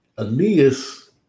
Aeneas